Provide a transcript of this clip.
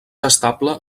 estable